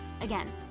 Again